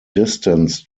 distance